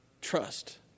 trust